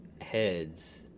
heads